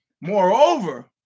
Moreover